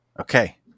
Okay